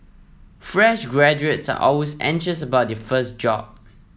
fresh graduates are always anxious about their first job